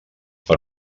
per